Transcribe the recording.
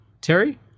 Terry